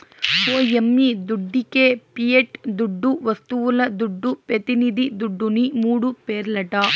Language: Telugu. ఓ యమ్మీ దుడ్డికే పియట్ దుడ్డు, వస్తువుల దుడ్డు, పెతినిది దుడ్డుని మూడు పేర్లట